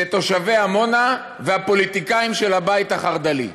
זה תושבי עמונה והפוליטיקאים של הבית החרד"לי.